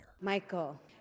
Michael